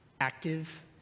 active